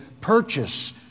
purchase